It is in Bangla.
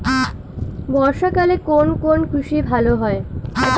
বর্ষা কালে কোন কোন কৃষি ভালো হয়?